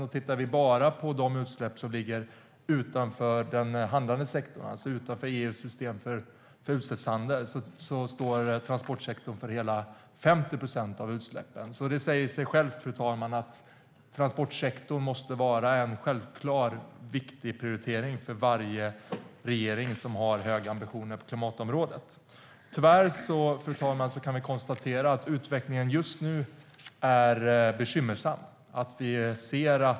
Och av bara de utsläpp som ligger utanför den handlande sektorn, alltså utanför EU:s system för utsläppshandel, står transportsektorn för hela 50 procent Det säger sig självt, fru talman, att transportsektorn måste vara en självklar viktig prioritering för varje regering som har höga ambitioner på klimatområdet. Tyvärr, fru talman, kan vi konstatera att utvecklingen just nu är bekymmersam.